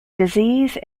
disease